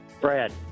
Brad